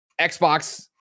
Xbox